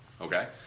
okay